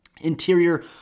interior